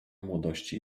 młodości